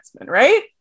right